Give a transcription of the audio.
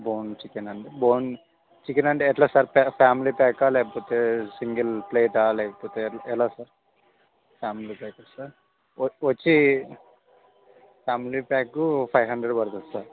bone chicken అండి bone chicken అండి ఎలా సార్ ఫ్యామిలీ ప్యాకా లేకపోతే సింగిల్ ప్లేటా లేకపోతే ఎలా సార్ ఫ్యామిలీ ప్యాక సార్ వచ్చి ఫ్యామిలీ ప్యాకు ఫైవ్ హండ్రెడ్ పడుతుంది సార్